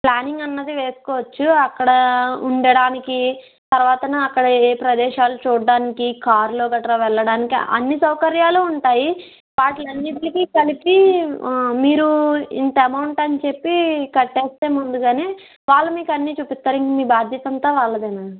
planning అన్నది వేసుకోవచ్చు అక్కడ ఉండడానికి తరవాత అక్కడ ఏయే ప్రదేశాలు చూడడానికి కార్లో గట్రా వెళ్ళడానికి అన్ని సౌకర్యాలు ఉంటాయి వాటి అన్నిటికి కలిపి మీరు ఇంత అమౌంట్ అని చెప్పి కట్టేస్తే ముందుగానే వాళ్ళు మీకు అన్ని చూపిస్తారు ఇంకా మీ బాధ్యత అంత వాళ్లదే మేడం